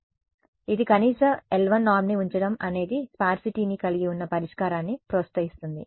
కాబట్టి ఇది కనీస l1 నార్మ్ని ఉంచడం అనేది స్పార్సిటీని కలిగి ఉన్న పరిష్కారాన్ని ప్రోత్సహిస్తుంది